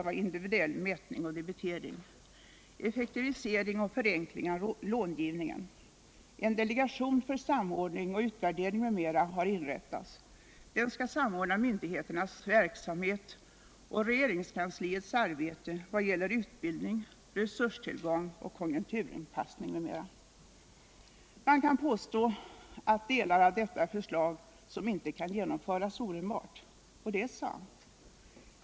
Man kan påstå att delar av detta är förslag som inte kan genomföras omedelbart. Det är sant.